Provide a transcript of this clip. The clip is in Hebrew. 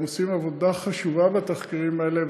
והם עושים עבודה חשובה בתחקירים האלה,